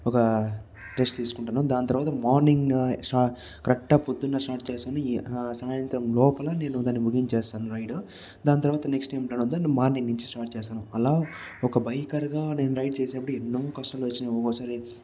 ఒక రెస్ట్ తీసుకుంటాను దాని తర్వాత మార్నింగ్ షా కరెక్ట్ పొద్దున్న స్టార్ట్ చేస్తాను ఈ సాయంత్రం లోపల నేను దాన్ని ముగించేస్తాను రైడ్ దాని తర్వాత నెక్స్ట్ మార్నింగ్ నుంచి స్టార్ట్ చేస్తాను అలా ఒక బైకర్ గా నేను రైడ్ చేసేటప్పుడు ఎన్నో కష్టాలు వచ్చినాయి ఒక్కొక్కసారి